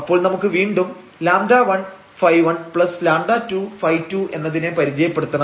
അപ്പോൾ നമുക്ക് വീണ്ടും λ1 ϕ1λ2 ϕ2 എന്നതിനെ പരിചയപ്പെടുത്തണം